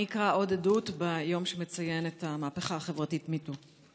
אקרא עוד עדות ביום שמציין את המהפכה החברתית MeToo: